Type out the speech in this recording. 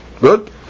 Good